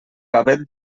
gavet